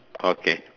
okay